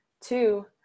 Two